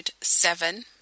seven